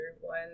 one